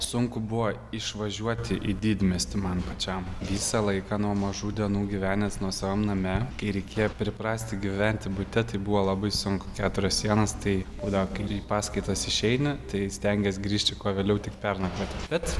sunku buvo išvažiuoti į didmiestį man pačiam visą laiką nuo mažų dienų gyvenęs nuosavam name kai reikėjo priprasti gyventi bute tai buvo labai sunku keturios sienos tai būdavo kai į paskaitas išeini tai stengies grįžti kuo vėliau tik pernakvot bet